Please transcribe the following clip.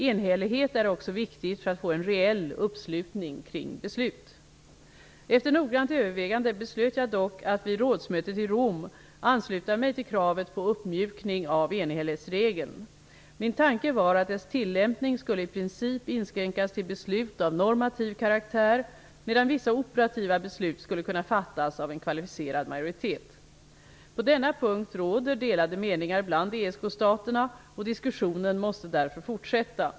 Enhällighet är också viktigt för att få en reell uppslutning kring beslut. Efter noggrant övervägande beslöt jag dock att vid rådsmötet i Rom, ansluta mig till kravet på uppmjukning av enhällighetsregeln. Min tanke var att dess tillämpning skulle i princip inskränkas till beslut av normativ karaktär, medan vissa operativa beslut skulle kunna fattas av en kvalificerad majoritet. På denna punkt råder delade meningar bland ESK-staterna och diskussionen måste därför fortsätta.